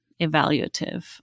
evaluative